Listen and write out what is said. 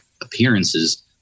appearances